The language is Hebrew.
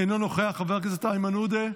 אינו נוכח, חבר הכנסת איימן עודה,